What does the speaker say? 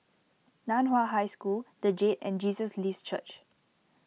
Nan Hua High School the Jade and Jesus Lives Church